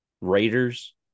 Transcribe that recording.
Raiders